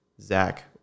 Zach